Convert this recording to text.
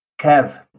Kev